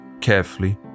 carefully